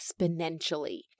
exponentially